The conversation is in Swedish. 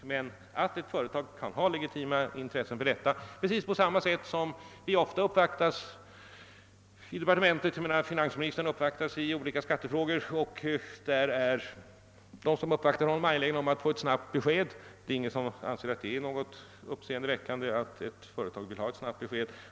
även ett statligt företag kan ha legitima skäl för detta. Det händer ofta inom departementen att sådana framställningar görs; finansministern t.ex. kan uppvaktas i olika skattefrågor, där den som uppvaktar honom är angelägen att få ett snabbt besked. Det är inte något uppseendeväckande att ett företag vill ha ett snabbt besked.